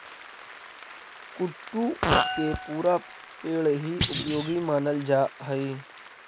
कुट्टू के पुरा पेड़ हीं उपयोगी मानल जा हई